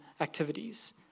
activities